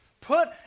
Put